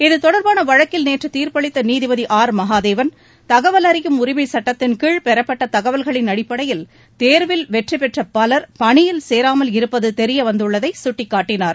இதுதொடர்பான வழக்கில் நேற்று தீர்ப்பளித்த நீதிபதி ஆர் மகாதேவன் தகவல் அறியும் உரிமை சுட்டத்தின்கீழ் பெறப்பட்ட தகவல்களின் அடிப்படையில் தேர்வில் வெற்றிபெற்ற பலர் பணியில் சேராமல் இருப்பது தெரியவந்துள்ளதை சுட்டிக்காட்டினார்